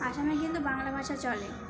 আসামে কিন্তু বাংলা ভাষা চলে